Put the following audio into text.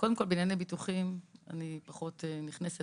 כל אני פחות נכנסת